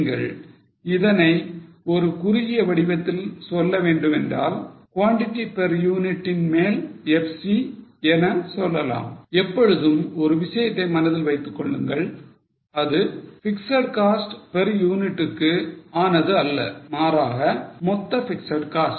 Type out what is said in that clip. நீங்கள் இதனை ஒரு குறுகிய வடிவத்தில் சொல்லவேண்டுமென்றால் quantity per unit இன் மேல் FC என சொல்லலாம் எப்பொழுதும் ஒரு விஷயத்தை மனதில் வைத்துக்கொள்ளுங்கள் அது பிக்ஸட் காஸ்ட் per unit க்கு ஆனது அல்ல மாறாக மொத்த பிக்ஸட் காஸ்ட்